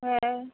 হ্যাঁ